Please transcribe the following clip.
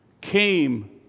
came